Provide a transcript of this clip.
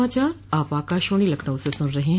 यह समाचार आप आकाशवाणी लखनऊ से सुन रहे हैं